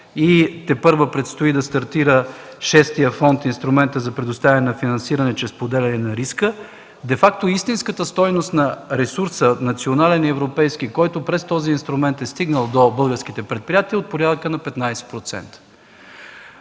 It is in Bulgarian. и тепърва предстои да стартира шестият фонд, инструментът за предоставяне на финансиране чрез споделяне на риска, де факто истинската стойност на ресурса – национален и европейски, който през този инструмент е стигнал до българските предприятия, е от порядъка на 15%.